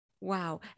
Wow